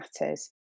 matters